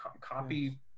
Copy